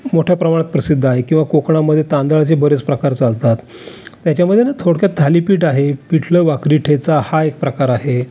मोठ्या प्रमाणात प्रसिद्ध आहे किंवा कोकणामध्ये तांदळाचे बरेच प्रकार चालतात त्याच्यामध्ये ना थोडक्यात थालीपीठ आहे पिठलं भाकरी ठेचा हा एक प्रकार आहे